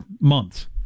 months